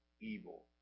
evil